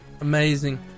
amazing